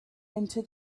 into